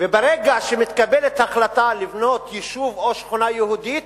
ברגע שמתקבלת החלטה לבנות יישוב או שכונה יהודית,